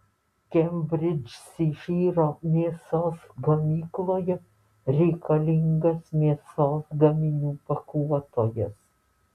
kembridžšyro mėsos gamykloje reikalingas mėsos gaminių pakuotojas